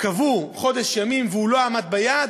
קבעו חודש ימים והוא לא עמד ביעד,